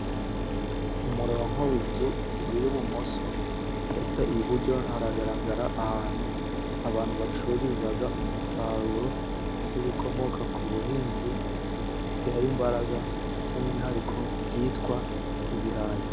Umurongo w'inzu uri ibumoso, ndetse iburyo haragaragara ahantu, abantu bacururiza umusaruro, w'ibikomoka ku buhinzi, bitera imbaraga, by'umwihariko ibyitwa ibirayi.